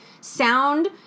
sound